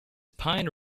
pine